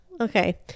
Okay